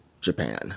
Japan